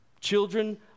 Children